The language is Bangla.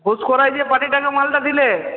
গুসকরায় যে পার্টিটাকে মালটা দিলে